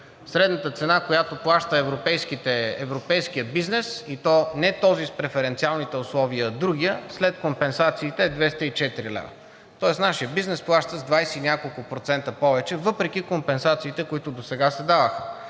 Средната цена, която плаща европейският бизнес, и то не този с преференциалните условия, а другият, след компенсациите е 204 лв. Тоест нашият бизнес плаща с 20 и няколко процента повече въпреки компенсациите, които досега се даваха.